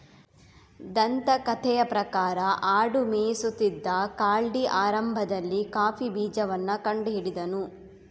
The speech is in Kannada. ದಂತಕಥೆಯ ಪ್ರಕಾರ ಆಡು ಮೇಯಿಸುತ್ತಿದ್ದ ಕಾಲ್ಡಿ ಆರಂಭದಲ್ಲಿ ಕಾಫಿ ಬೀಜವನ್ನ ಕಂಡು ಹಿಡಿದನು